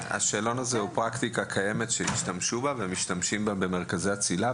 השאלון הזה הוא פרקטיקה קיימת שהשתמשו בה ומשתמשים בה במרכזי הצלילה,